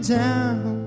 down